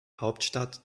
hauptstadt